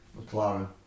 McLaren